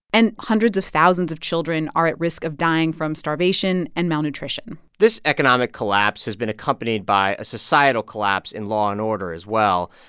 and hundreds of thousands of children are at risk of dying from starvation and malnutrition this economic collapse has been accompanied by a societal collapse in law and order as well.